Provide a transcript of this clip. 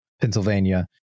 Pennsylvania